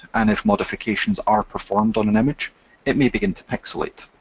and if modifications are performed on an image it may begin to pixelate.